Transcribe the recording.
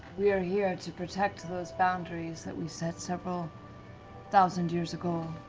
we are here to protect those boundaries that we set several thousand years ago.